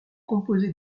composée